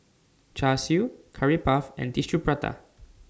Char Siu Curry Puff and Tissue Prata